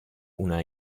una